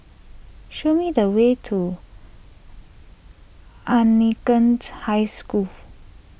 show me the way to Anglicans High School